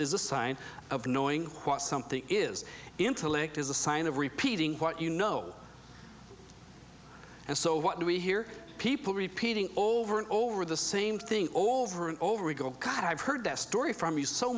is a sign of knowing something is intellect is a sign of repeating what you know and so what do we hear people repeating over and over the same thing over and over we go cause i've heard that story from you so